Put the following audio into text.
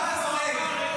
מול חיזבאללה,